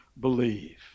Believe